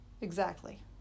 Exactly